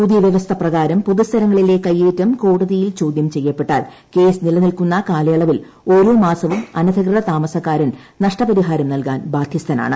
പുതിയ വ്യവസ്ഥ പ്രകാരം പൊതുസ്ഥലങ്ങളിലെ കയ്യേറ്റം കോടതിയിൽ ചോദ്യം ചെയ്യപ്പെട്ടാൽ കേസ് നിലനിൽക്കുന്ന കാലയളവിൽ ഓരോ മാസവും അനധികൃത താമസക്കാരൻ നഷ്ടപരിഹാരം നൽകാൻ ബാദ്ധ്യസ്ഥനാണ്